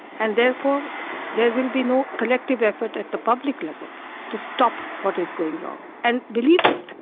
and therefore there will be no collective effort at the public level to stop what is going wrong. and believe me,